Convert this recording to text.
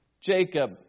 Jacob